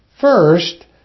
First